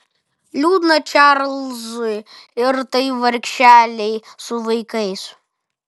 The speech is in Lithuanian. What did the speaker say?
liūdna čarlzui ir tai vargšelei su vaikais